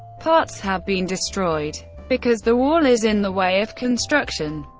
parts have been destroyed, because the wall is in the way of construction.